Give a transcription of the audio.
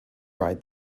ride